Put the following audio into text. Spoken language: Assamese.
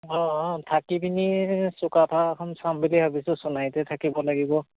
অঁ অঁ থাকি পিনি চুকাফা এখন চাম বুলি ভাবিছোঁ সোনাৰিতে থাকিব লাগিব